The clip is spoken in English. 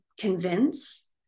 convince